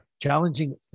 Challenging